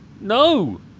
no